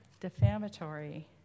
defamatory